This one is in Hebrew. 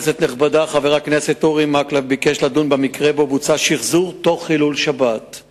חבר הכנסת אורי מקלב שאל את השר לביטחון פנים